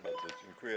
Bardzo dziękuję.